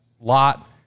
lot